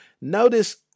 Notice